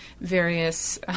various